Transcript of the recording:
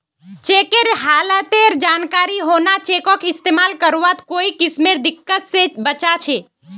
चेकेर हालतेर जानकारी होना चेकक इस्तेमाल करवात कोई किस्मेर दिक्कत से बचा छे